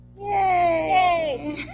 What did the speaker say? Yay